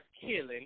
killing